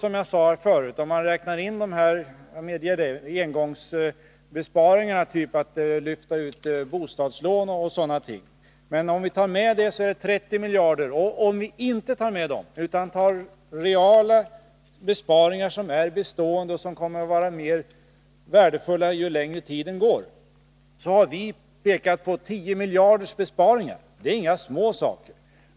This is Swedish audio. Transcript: Om man räknar in de engångsbesparingar, typ att lyfta ut bostadslån o. d., som vi har föreslagit, kommer vi fram till besparingar på 30 miljarder. Om vi inte tar med dem utan tar reala besparingar som är bestående och kommer att vara mer värdefulla ju längre tiden går, har vi ändå pekat på möjligheter till 10 miljarder i besparingar. Det är inga små saker.